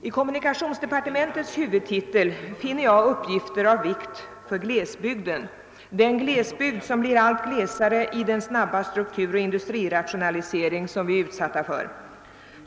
I kommunikationsdepartementets huvudtitel finner jag uppgifter av vikt för glesbygden — den glesbygd som blir allt glesare i den snabba strukturoch industrirationalisering som vi är utsatta för.